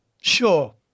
Sure